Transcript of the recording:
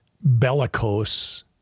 bellicose